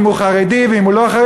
אם הוא חרדי ואם הוא לא חרדי.